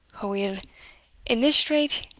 aweel, in this strait,